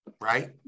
right